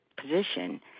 position